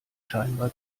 scheinbar